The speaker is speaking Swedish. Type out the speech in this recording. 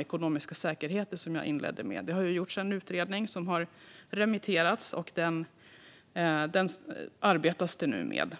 Ekonomiska säkerheter, som jag inledde med, finns också med på agendan. Det har gjorts en utredning som har remitterats och som det nu arbetas med.